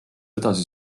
edasi